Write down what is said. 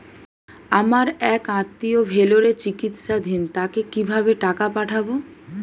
আমার এক আত্মীয় ভেলোরে চিকিৎসাধীন তাকে কি ভাবে টাকা পাঠাবো?